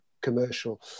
commercial